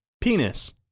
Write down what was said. Penis